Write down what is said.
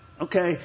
Okay